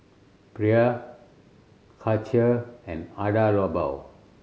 Perrier Karcher and Hada Labo